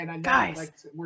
Guys